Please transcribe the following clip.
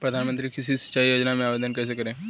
प्रधानमंत्री कृषि सिंचाई योजना में आवेदन कैसे करें?